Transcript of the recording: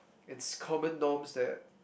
it's common norms that